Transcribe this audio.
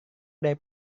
dari